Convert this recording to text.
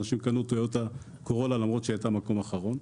אנשים קנו טויוטה קורולה למרות שהיא הייתה מקום אחרון.